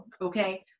Okay